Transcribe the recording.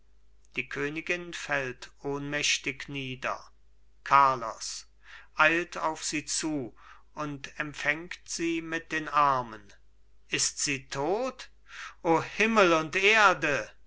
die königin fällt ohnmächtig nieder carlos eilt auf sie zu und empfängt sie mit den armen ist sie tot o himmel und erde